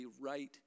right